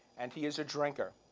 and he is a drinker.